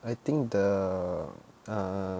I think the uh